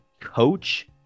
coach